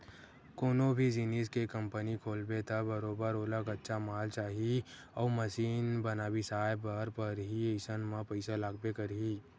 कोनो भी जिनिस के कंपनी खोलबे त बरोबर ओला कच्चा माल चाही अउ मसीन बिसाए बर परही अइसन म पइसा लागबे करही